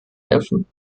helfen